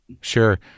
sure